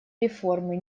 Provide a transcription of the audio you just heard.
реформы